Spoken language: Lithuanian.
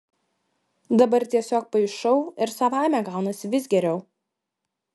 dabar tiesiog paišau ir savaime gaunasi vis geriau